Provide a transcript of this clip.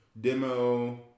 Demo